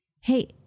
Hey